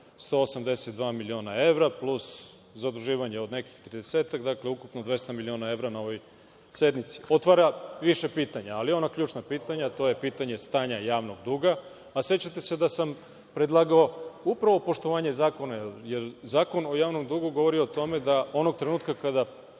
182 miliona evra plus zaduživanje od nekih tridesetak. Dakle, ukupno 200 miliona evra na ovoj sednici. Otvara više pitanja, ali ona ključna pitanja, to je pitanje stanja javnog duga. Sećate se da sam predlagao upravo poštovanje zakona, jer Zakon o javnom dugu govori o tome da onog trenutka kada